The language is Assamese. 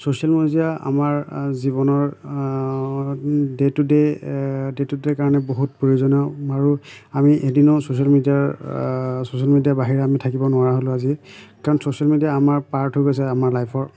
ছ'চিয়েল মিডিয়া আমাৰ জীৱনৰ day to day day to day কাৰণে বহুত প্ৰয়োজনীয় আৰু আমি এদিনো ছ'চিয়েল মিডিয়াৰ ছ'চিয়েল মিডিয়াৰ বাহিৰে আমি থাকিব নোৱাৰা হ'লোঁ আজি কাৰণ ছ'চিয়েল মিডিয়া আমাৰ পাৰ্ট হৈ গৈছে আমাৰ লাইফৰ